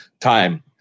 time